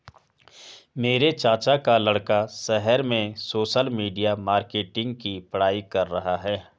मेरे चाचा का लड़का शहर में सोशल मीडिया मार्केटिंग की पढ़ाई कर रहा है